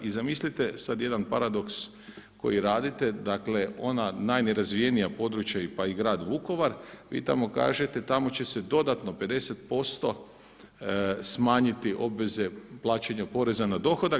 I zamislite sada jedan paradoks koji radite, dakle ona najnerazvijenija područja pa i grad Vukovar, vi tamo kažete tamo će se dodatno 50% smanjiti obveze plaćanja poreza na dohodak.